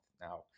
now